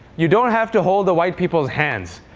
you don't have to hold the white people's hands.